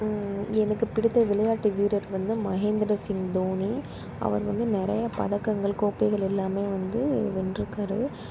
எனக்கு பிடித்த விளையாட்டு வீரர் வந்து மகேந்திர சிங் தோனி அவர் வந்து நிறைய பதக்கங்கள் கோப்பைகள் எல்லாமே வந்து வென்றிருக்காரு